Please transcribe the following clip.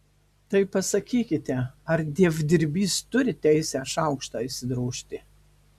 tai pasakykite ar dievdirbys turi teisę šaukštą išsidrožti